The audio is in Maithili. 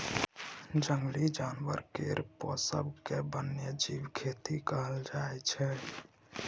जंगली जानबर केर पोसब केँ बन्यजीब खेती कहल जाइ छै